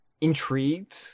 intrigued